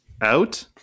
out